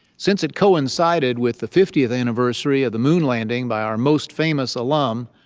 since it coincided with the fiftieth anniversary of the moon landing by our most famous alum,